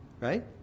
Right